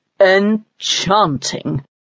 Enchanting